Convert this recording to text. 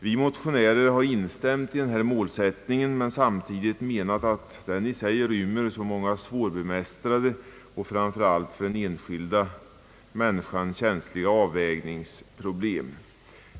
Vi motionärer har instämt i den målsättningen men samtidigt menat, att den i sig rymmer många svårbemästrade och framför allt för den enskilda människan känsliga avvägningsproblem.